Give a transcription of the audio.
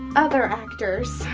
other actors.